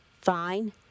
Fine